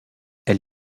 elle